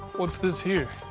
what's this here?